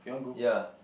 ya